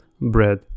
bread